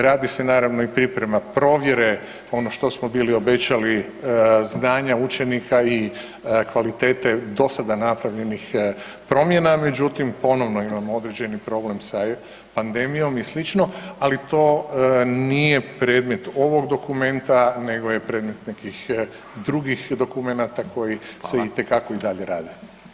Radi se naravno i priprema provjere, ono što smo bili obećali znanja učenika i kvalitete dosada napravljenih promjena, međutim ponovno imamo određeni problem sa pandemijom i slično, ali to nije predmet ovog dokumenta nego je predmet nekih drugih dokumenata koji se itekako i dalje rade.